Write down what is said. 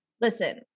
Listen